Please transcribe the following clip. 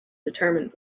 determined